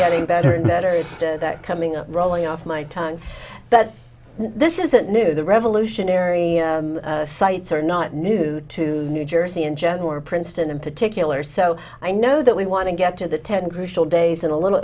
getting better and better is that coming up rolling off my time but this isn't new the revolutionary sites are not new to new jersey in general or princeton in particular so i know that we want to get to the ted cruz still days in a little